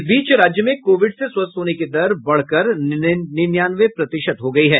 इस बीच राज्य में कोविड से स्वस्थ होने की दर बढकर निन्यानवे प्रतिशत हो गई है